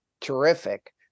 terrific